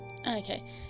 Okay